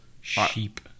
Sheep